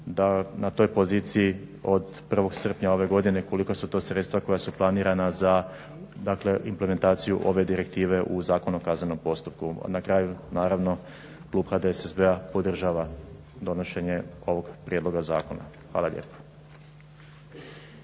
da na toj poziciji od 1.srpnja ove godine koliko su to sredstva koja su planirana za implementaciju ove direktive u Zakonu o kaznenom postupku. Na kraju naravno klub HDSSB-a podržava donošenje ovog prijedloga zakona. Hvala lijepa.